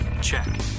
check